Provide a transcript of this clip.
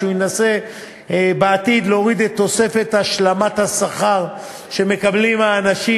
שהוא ינסה בעתיד להוריד את תוספת השלמת השכר שמקבלים האנשים